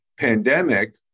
pandemic